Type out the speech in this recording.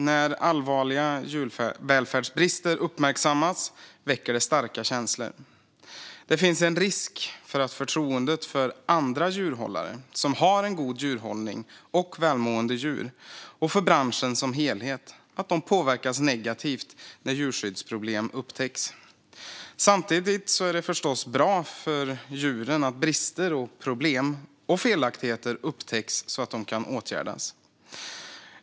När allvarliga djurvälfärdsbrister uppmärksammas väcker det starka känslor. Det finns en risk att förtroendet för andra djurhållare, som har en god djurhållning och välmående djur, och för branschen som helhet påverkas negativt när djurskyddsproblem upptäcks. Samtidigt är det förstås bra för djuren att brister, problem och felaktigheter upptäcks så att de kan åtgärdas.